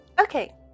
Okay